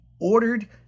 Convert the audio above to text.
ordered